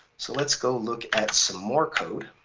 so let's go look at some more code.